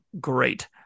great